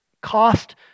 cost